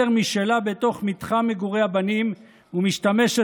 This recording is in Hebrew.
משלה בתוך מתחם מגורי הבנים ומשתמשת,